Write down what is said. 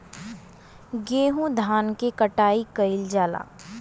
गेंहू धान क कटाई कइल जाला